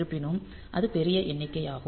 இருப்பினும் அது பெரிய எண்ணிக்கையாகும்